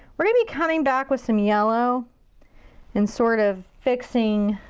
we're gonna be coming back with some yellow and sort of fixing